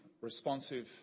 responsive